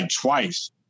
twice